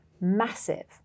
massive